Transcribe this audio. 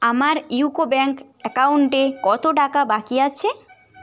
আমার ইউকো ব্যাঙ্ক অ্যাকাউন্টে কত টাকা বাকি আছে